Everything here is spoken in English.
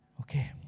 Okay